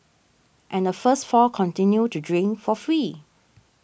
and the first four continued to drink for free